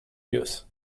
news